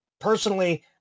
Personally